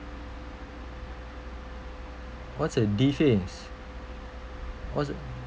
what's a B face what's a